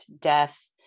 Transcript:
death